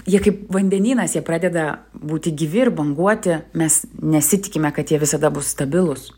jie kaip vandenynas jie pradeda būti gyvi ir banguoti mes nesitikime kad jie visada bus stabilūs